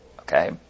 Okay